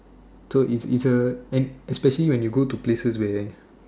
so it's it's a and especially when you go to places where